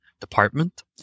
department